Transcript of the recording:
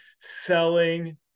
Selling